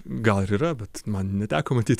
gal ir yra bet man neteko matyti